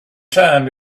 time